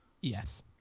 Yes